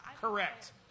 Correct